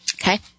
Okay